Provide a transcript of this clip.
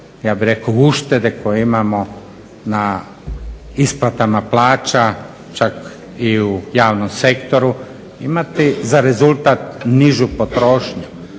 ja bih rekao uštede koje imamo na isplatama plaća, čak i u javnom sektoru imati za rezultat nižu potrošnju.